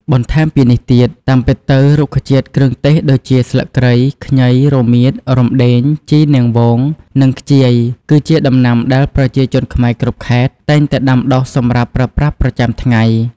បន្ថែមពីនេះទៀត តាមពិតទៅ រុក្ខជាតិគ្រឿងទេសដូចជាស្លឹកគ្រៃ ខ្ញី រមៀត រំដេង ជីរនាងវង និងខ្ជាយ គឺជាដំណាំដែលប្រជាជនខ្មែរគ្រប់ខេត្តតែងតែដាំដុះសម្រាប់ប្រើប្រាស់ប្រចាំថ្ងៃ។